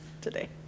today